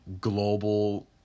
global